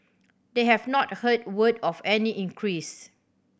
they have not heard word of any increase